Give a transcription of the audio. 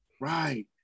Right